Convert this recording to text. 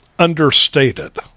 understated